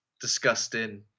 disgusting